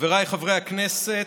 חבריי חברי הכנסת,